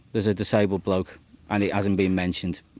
there's a disabled bloke and it hasn't been mentioned.